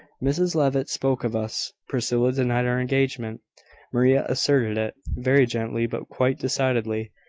mrs levitt spoke of us priscilla denied our engagement maria asserted it very gently, but quite decidedly.